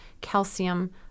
calcium